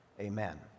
Amen